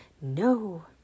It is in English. No